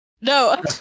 no